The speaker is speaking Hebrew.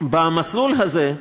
במסלול הזה,